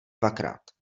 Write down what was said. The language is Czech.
dvakrát